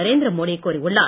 நரேந்திர மோடி கூறியுள்ளார்